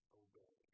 obey